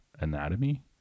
anatomy